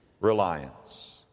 reliance